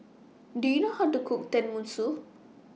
Do YOU know How to Cook Tenmusu